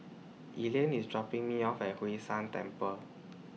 Elaine IS dropping Me off At Hwee San Temple